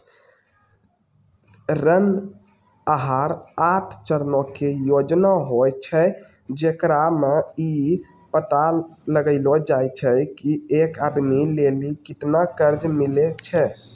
ऋण आहार आठ चरणो के योजना होय छै, जेकरा मे कि इ पता लगैलो जाय छै की एक आदमी लेली केतना कर्जा मिलै छै